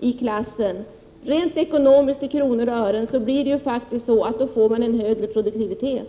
i klassen? Rent ekonomiskt, i kronor och ören, blir det ju faktiskt så, att man får en högre produktivitet.